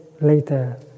later